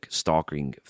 stalking